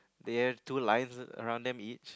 there is two lives around them each